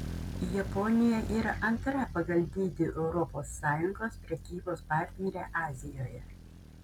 japonija yra antra pagal dydį europos sąjungos prekybos partnerė azijoje